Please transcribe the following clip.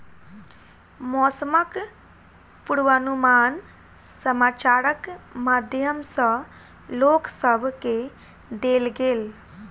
मौसमक पूर्वानुमान समाचारक माध्यम सॅ लोक सभ केँ देल गेल